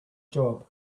job